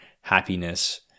happiness